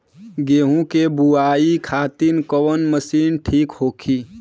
गेहूँ के बुआई खातिन कवन मशीन ठीक होखि?